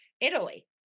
Italy